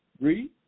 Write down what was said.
Read